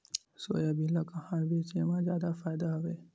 Soybean ल कहां बेचे म जादा फ़ायदा हवय?